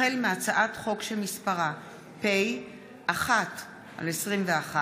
החל בהצעת חוק פ/1/21